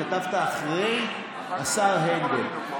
כתבת אחרי השר הנדל.